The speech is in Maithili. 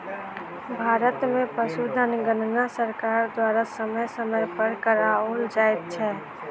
भारत मे पशुधन गणना सरकार द्वारा समय समय पर कराओल जाइत छै